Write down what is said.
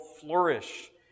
flourish